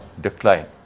decline